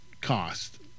cost